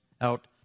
out